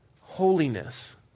holiness